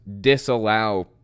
disallow